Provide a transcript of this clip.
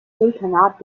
sultanat